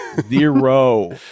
Zero